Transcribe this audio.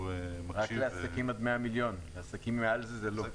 רק לעסקים עד 100 מיליון, לעסקים מעל זה זה לא.